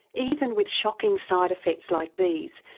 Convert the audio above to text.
even with shocking side effects like these,